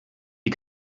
die